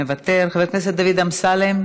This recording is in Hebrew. מוותר, חבר הכנסת דוד אמסלם,